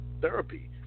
therapy